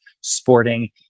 sporting